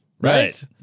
Right